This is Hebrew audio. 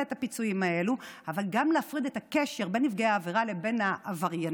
את הפיצויים אבל גם להפריד את הקשר בין נפגעי עבירה לבין העבריינים,